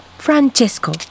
Francesco